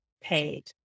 paid